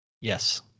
Yes